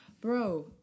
Bro